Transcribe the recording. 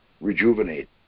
rejuvenate